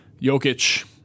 Jokic